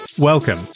Welcome